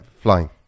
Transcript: flying